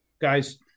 Guys